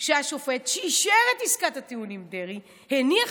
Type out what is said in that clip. שהשופט שאישר את עסקת הטיעון עם דרעי הניח